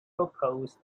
propose